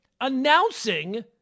announcing